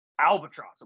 albatross